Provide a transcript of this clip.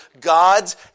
God's